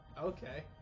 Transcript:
Okay